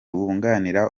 wunganira